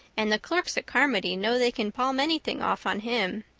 and the clerks at carmody know they can palm anything off on him.